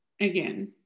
again